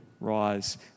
rise